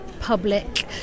public